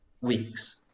weeks